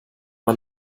man